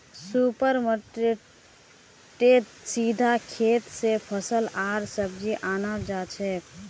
super मार्केटेत सीधा खेत स फल आर सब्जी अनाल जाछेक